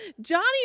Johnny